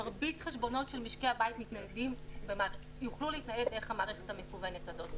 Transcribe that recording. מרבית החשבונות של משקי הבית יוכלו להתנייד דרך המערכת המקוונת הזאת.